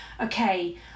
okay